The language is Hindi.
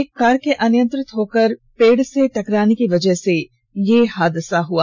एक कार के अनियंत्रित होकर पेड़ से टकराने की वजह से यह हादसा हआ